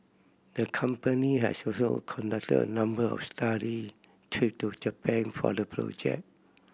the company has also conducted a number of study trip to Japan for the project